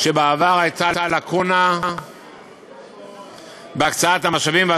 שבעבר הייתה לקונה בהקצאת המשאבים.